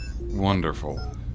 Wonderful